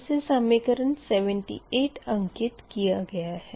इसे समीकरण 78 अंकित किया गया है